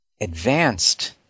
advanced